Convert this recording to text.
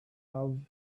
have